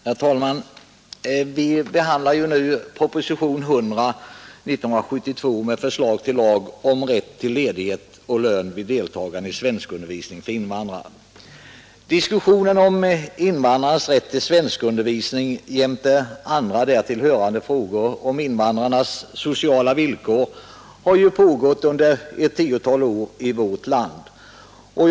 Herr talman! Vi behandlar nu propositionen 100 med förslag till lag om rätt till ledighet och lön vid deltagande i svenskundervisning för invandrare. Diskussionen om invandrarnas rätt till svenskundervisning jämte andra därtill hörande frågor beträ ffande invandrarnas sociala villkor har ju pågått i vårt land under ett tiotal år.